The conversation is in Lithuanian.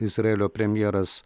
izraelio premjeras